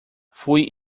fui